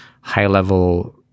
high-level